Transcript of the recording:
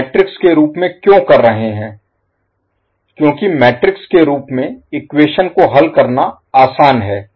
हम मैट्रिक्स के रूप में क्यों कर रहे हैं क्योंकि मैट्रिक्स के रूप में इक्वेशन को हल करना आसान है